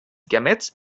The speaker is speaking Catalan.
guiamets